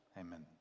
Amen